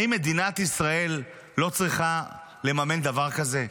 האם מדינת ישראל לא צריכה לממן דבר כזה?